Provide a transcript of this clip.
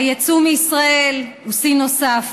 היצוא מישראל הוא שיא נוסף,